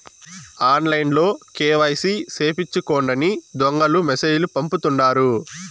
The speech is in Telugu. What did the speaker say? ఆన్లైన్లో కేవైసీ సేపిచ్చుకోండని దొంగలు మెసేజ్ లు పంపుతుంటారు